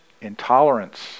intolerance